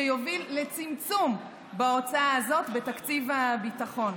שיוביל לצמצום בהוצאה הזאת בתקציב הביטחון.